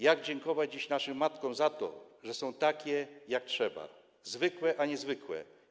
Jak dziękować dziś naszym matkom za to, że są takie jak trzeba - zwykłe, a niezwykłe?